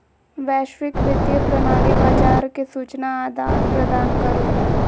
वैश्विक वित्तीय प्रणाली बाजार के सूचना आदान प्रदान करो हय